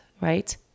right